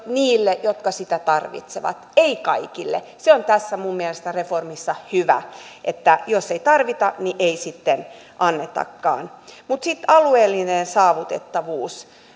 niille jotka sitä tarvitsevat ei kaikille se on tässä reformissa mielestäni hyvä jos ei tarvita niin ei sitten annetakaan sitten alueellinen saavutettavuus